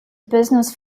business